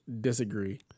disagree